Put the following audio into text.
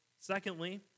Secondly